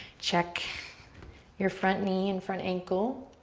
check your front knee and front ankle.